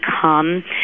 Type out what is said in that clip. come